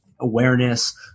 awareness